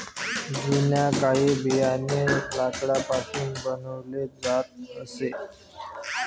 जुन्या काळी बियाणे लाकडापासून बनवले जात असे